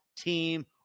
team